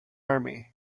army